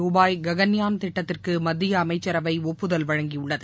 ருபாய் ககன்யான் திட்டத்திற்கு மத்திய அமைச்சரவை ஒப்புதல் வழங்கியுள்ளது